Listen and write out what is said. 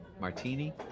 Martini